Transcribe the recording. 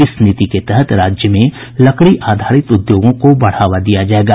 इस नीति के तहत राज्य में लकड़ी आधारित उद्योगों को बढ़ावा दिया जायेगा